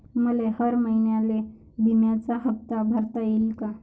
मले हर महिन्याले बिम्याचा हप्ता भरता येईन का?